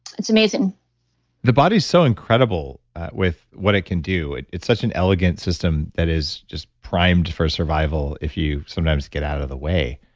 it's amazing the body is so incredible with what it can do. it's such an elegant system that is just primed for survival if you sometimes get out of the way,